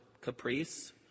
caprice